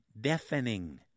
deafening